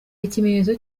ikimenyetso